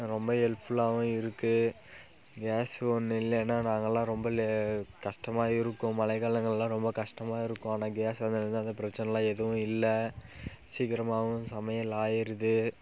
அது ரொம்ப ஹெல்ப்ஃபுல்லாகவும் இருக்கு கேஸ் ஒன்று இல்லன்னா நாங்கலாம் ரொம்ப லே கஷ்டமாக இருக்கும் மழை காலங்கள்லாம் ரொம்ப கஷ்டமாக இருக்கும் ஆனால் கேஸ் வந்ததுலந்து அந்த பிரச்சனைலாம் எதுவும் இல்லை சீக்கிரமாகவும் சமையல் ஆயிருது